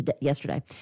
yesterday